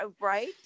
Right